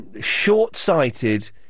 Short-sighted